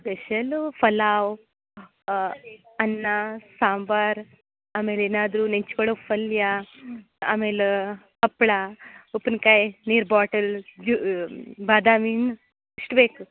special pulao ಅನ್ನ ಸಾಂಬಾರು ಆಮೇಲೆ ಏನಾದರೂ ನೆಂಚ್ಕೊಳ್ಳೋಕ್ಕೆ ಪಲ್ಯ ಆಮೇಲೆ ಹಪ್ಳ ಉಪ್ಪಿನ್ಕಾಯಿ ನೀರು ಬೋಟಲ್ ಜ್ಯು ಬಾದಾಮಿನ ಇಷ್ಟು ಬೇಕು